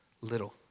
little